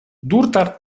durtar